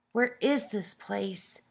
where is this place?